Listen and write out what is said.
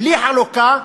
בלי חלוקה,